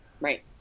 right